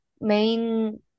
main